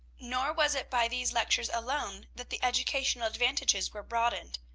nor was it by these lectures alone that the educational advantages were broadened.